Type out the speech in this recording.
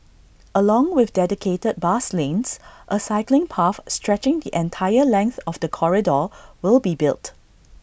along with dedicated bus lanes A cycling path stretching the entire length of the corridor will be built